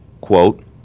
quote